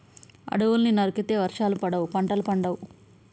అడవుల్ని నరికితే వర్షాలు పడవు, పంటలు పండవు